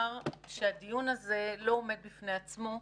הדיון הזה לא עומד בני עצמו.